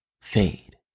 fade